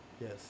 Yes